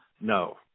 No